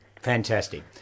Fantastic